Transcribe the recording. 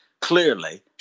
clearly